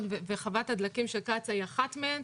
וחוות הדלקים של קצא"א היא אחת מהן,